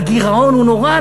הגירעון הוא נורא,